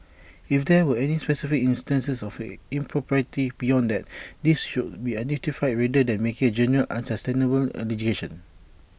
if there were any specific instances of impropriety beyond that these should be identified rather than making general unsubstantiated allegations